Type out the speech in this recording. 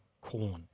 Corn